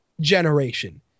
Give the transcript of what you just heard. generation